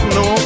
no